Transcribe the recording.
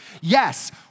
yes